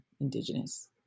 indigenous